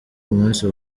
umunsi